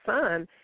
son